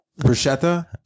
Bruschetta